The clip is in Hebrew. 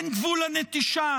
אין גבול לנטישה?